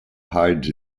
hides